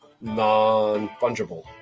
non-fungible